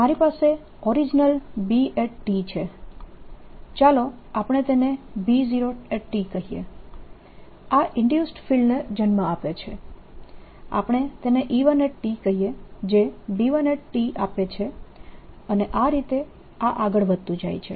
મારી પાસે original B છે ચાલો આપણે તેને B0 કહીએ આ ઇન્ડ્યુસ્ડ ફિલ્ડને જન્મ આપે છે આપણે તેને E1 કહીએ જે B1 આપે છે અને આ રીતે આ આગળ વધતું જાય છે